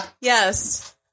yes